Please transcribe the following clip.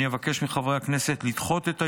אני אבקש מחברי הכנסת לדחות את ההסתייגויות,